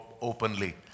openly